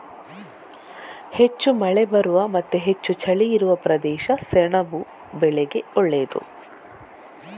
ಹೆಚ್ಚು ಮಳೆ ಬರುವ ಮತ್ತೆ ಹೆಚ್ಚು ಚಳಿ ಇರುವ ಪ್ರದೇಶ ಸೆಣಬು ಬೆಳೆಗೆ ಒಳ್ಳೇದು